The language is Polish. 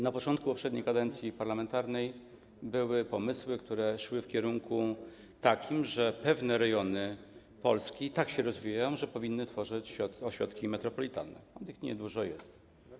Na początku poprzedniej kadencji parlamentarnej były pomysły, które szły w takim kierunku, że pewne rejony Polski tak się rozwijają, że powinny tworzyć ośrodki metropolitalne, a tych niedużo jest.